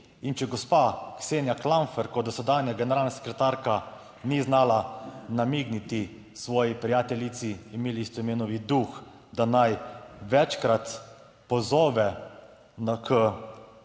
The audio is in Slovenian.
In če gospa Ksenija Klampfer kot dosedanja generalna sekretarka ni znala namigniti svoji prijateljici Emiliji Stojmenovi duh, da naj večkrat pozove k